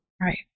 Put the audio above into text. right